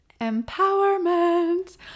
Empowerment